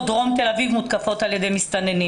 דרום תל אביב מותקפות על ידי מסתננים?